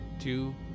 two